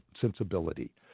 sensibility